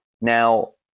now